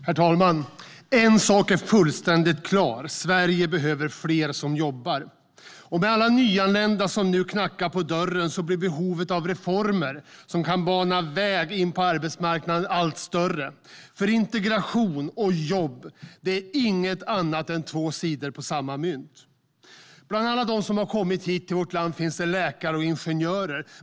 Herr talman! En sak är fullständig klar: Sverige behöver fler som jobbar. Och med alla nyanlända som nu knackar på dörren blir behovet av reformer som kan bana väg in på arbetsmarknaden allt större, för integration och jobb är inget annat än två sidor av samma mynt. Bland alla dem som har kommit hit till vårt land finns det läkare och ingenjörer.